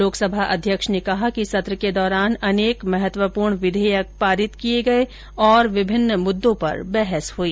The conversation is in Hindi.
लोकसभा अध्यक्ष ने कहा कि सत्र के दौरान अनेक महत्वपूर्ण विधेयक पारित किए गए और विभिन्न मुद्दों पर बहस हुई